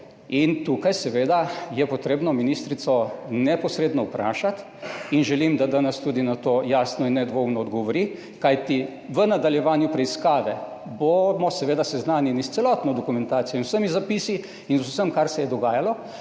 In tukaj seveda je potrebno ministrico neposredno vprašati in želim, da danes tudi na to jasno in nedvoumno odgovori, kajti v nadaljevanju preiskave bomo seveda seznanjeni s celotno dokumentacijo in vsemi zapisi in z vsem, kar se je dogajalo,